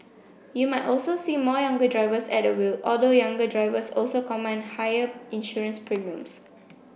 you might also see more younger drivers at the wheel although younger drivers also command higher insurance premiums